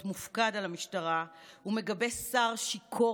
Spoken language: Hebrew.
הבוקר החלטתי להרים את המסך מעל מקבץ ההחלטות ההרסניות שהתקבלו